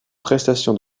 prestations